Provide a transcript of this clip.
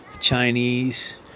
Chinese